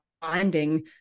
finding